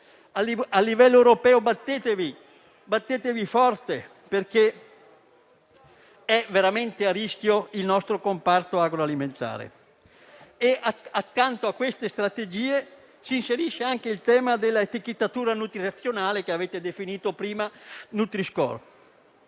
a livello europeo, battetevi con forza, perché è veramente a rischio il nostro comparto agroalimentare. Accanto a queste strategie si inserisce anche il tema dell'etichettatura nutrizionale, che avete definito prima nutri-score.